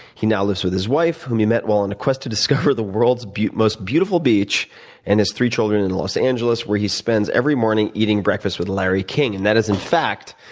he now lives with his wife, whom he met while on a quest to discover the world's most beautiful beach and has three children in los angeles, where he spends every morning eating breakfast with larry king. and that is, in fact,